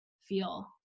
feel